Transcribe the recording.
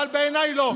אבל בעיניי לא.